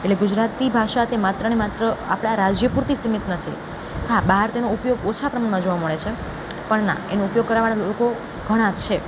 એટલે ગુજરાતી ભાષા તે માત્ર ને માત્ર આપણા રાજ્યો પૂરતી સીમિત નથી હા બહાર તેનો ઉપયોગ ઓછા પ્રમાણમાં જોવા મળે છે પણ ના એનો ઉપયોગ કરવાવાળા લોકો ઘણા છે